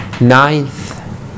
ninth